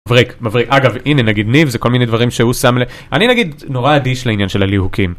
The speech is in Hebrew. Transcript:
מבריק מבריק אגב הנה נגיד ניב זה כל מיני דברים שהוא שם אני נגיד נורא אדיש לעניין של הליהוקים.